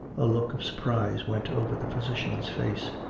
a look of surprise went over the physician's face.